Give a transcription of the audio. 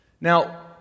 Now